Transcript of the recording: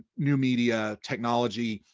new media, technology,